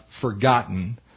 forgotten